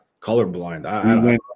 colorblind